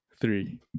three